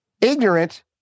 ignorant